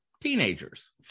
teenagers